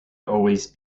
always